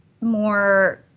more